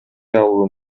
алуу